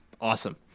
Awesome